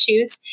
issues